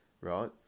right